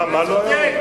מה, מה לא היה, רוני?